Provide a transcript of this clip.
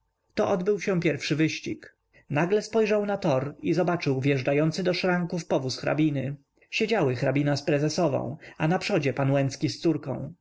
to odbył się pierwszy wyścig nagle spojrzał na tor i zobaczył wjeżdżający do szranków powóz hrabiny siedziały hrabina z prezesową a na przodzie pan łęcki z córką